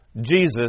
Jesus